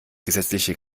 gesetzlichen